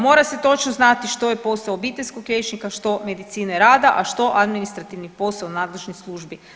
Mora se točno znati što je posao obiteljskog liječnika, što medicine rada, a što administrativni posao nadležnih službi.